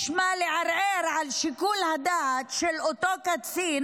יש מה לערער על שיקול הדעת של אותו קצין